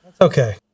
Okay